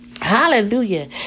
Hallelujah